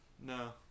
no